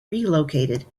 relocated